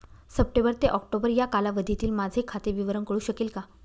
September ते October या कालावधीतील माझे खाते विवरण कळू शकेल का?